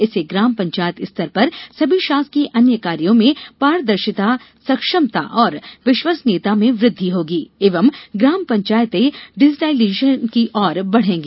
इससे ग्राम पंचायत स्तर पर सभी शासकीय अन्य कार्यो में पारदर्शिता सक्षमता और विश्वसनीयता में यृद्धि होगी एवं ग्राम पंचायतें डिजीटलाईजेशन की ओर बढ़ेंगी